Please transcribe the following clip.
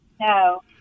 No